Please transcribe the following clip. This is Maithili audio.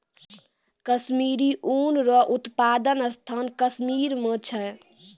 कश्मीरी ऊन रो उप्तादन स्थान कश्मीर मे छै